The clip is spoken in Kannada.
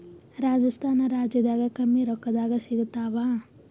ರಾಜಸ್ಥಾನ ರಾಜ್ಯದಾಗ ಕಮ್ಮಿ ರೊಕ್ಕದಾಗ ಸಿಗತ್ತಾವಾ?